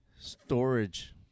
storage